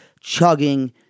chugging